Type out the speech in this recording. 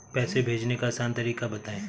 पैसे भेजने का आसान तरीका बताए?